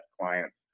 clients